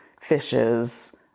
fishes